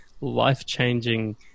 life-changing